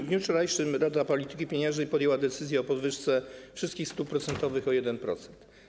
W dniu wczorajszym Rada Polityki Pieniężnej podjęła decyzję o podwyżce wszystkich stóp procentowych o 1%.